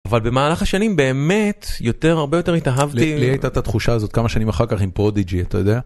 אבל במהלך השנים באמת יותר הרבה יותר התאהבתי...לי הייתה את התחושה הזאת כמה שנים אחר כך עם פרודיג'י אתה יודע.